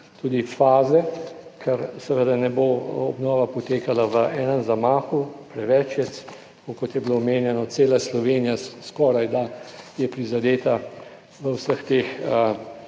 tudi faze, ker seveda ne bo obnova potekala v enem zamahu, preveč je. Tako, kot je bilo omenjeno, cela Slovenija skorajda je prizadeta v vseh teh,